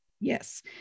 Yes